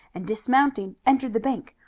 and, dismounting, entered the bank.